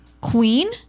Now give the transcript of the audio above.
Queen